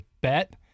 bet